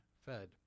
fed